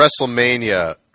WrestleMania